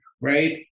right